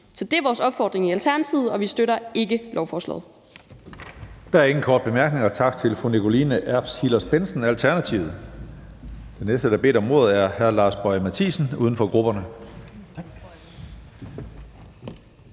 Det er vores opfordring i Alternativet, og vi støtter ikke lovforslaget.